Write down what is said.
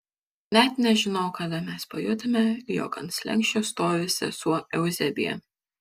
net nežinau kada mes pajutome jog ant slenksčio stovi sesuo euzebija